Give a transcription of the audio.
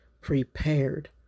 prepared